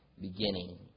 beginning